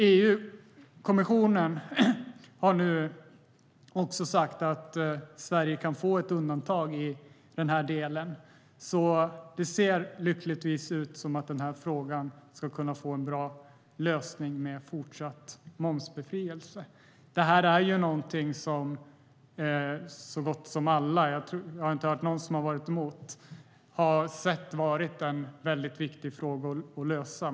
EU-kommissionen har nu sagt att Sverige kan få ett undantag i den här delen, så frågan ser lyckligtvis ut att få en bra lösning med fortsatt momsbefrielse. Detta är ju någonting som så gott som alla - jag har inte hört någon som har varit emot - har ansett vara en väldigt viktig fråga att lösa.